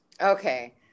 Okay